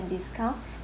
discount